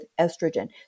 estrogen